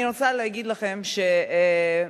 אני רוצה להגיד לכם, שבאמת,